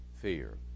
Fear